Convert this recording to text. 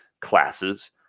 classes